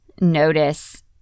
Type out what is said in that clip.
notice